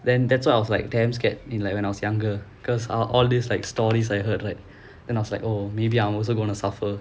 then that's why I was like damn scared in like when I was younger because ah all these stories I heard right then I was like oh maybe I'm also gonna suffer